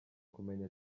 kumenya